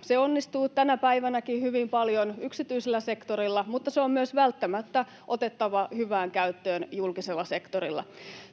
Se onnistuu tänä päivänäkin hyvin paljon yksityisellä sektorilla, mutta se on myös välttämättä otettava hyvään käyttöön julkisella sektorilla.